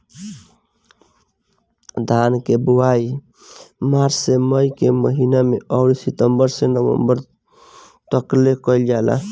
धान के बोआई मार्च से मई के महीना में अउरी सितंबर से नवंबर तकले कईल जाला